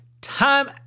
time